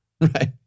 Right